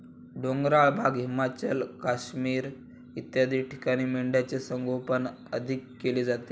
डोंगराळ भाग, हिमाचल, काश्मीर इत्यादी ठिकाणी मेंढ्यांचे संगोपन अधिक केले जाते